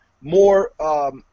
more